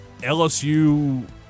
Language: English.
LSU